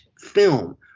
film